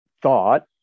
thought